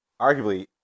Arguably